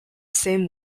same